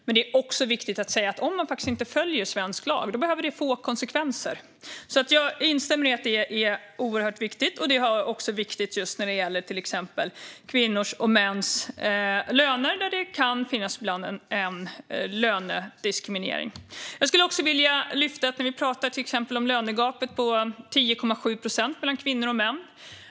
Men det är också viktigt att säga att om man inte följer svensk lag får det konsekvenser. Jag instämmer i att detta är viktigt, även när det gäller mäns och kvinnors löner där det ibland kan förekomma lönediskriminering. Vi har ett lönegap på 10,7 procent mellan män och kvinnor.